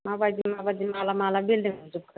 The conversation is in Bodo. माबायदि माबायदि माला माला बिलडिं लुजोबखो